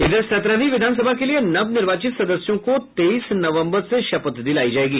इधर सत्रहवीं विधानसभा के लिए नवनिर्वाचित सदस्यों को तेईस नवम्बर से शपथ दिलायी जायेगी